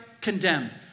condemned